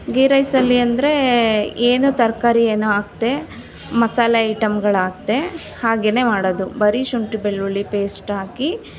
ಗೀ ರೈಸಲ್ಲಿ ಅಂದರೆ ಏನು ತರಕಾರಿ ಏನು ಹಾಕದೆ ಮಸಾಲೆ ಐಟಮ್ಗಳು ಹಾಕದೆ ಹಾಗೆಯೇ ಮಾಡೋದು ಬರಿ ಶುಂಠಿ ಬೆಳ್ಳುಳ್ಳಿ ಪೇಸ್ಟ್ ಹಾಕಿ